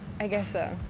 i guess so.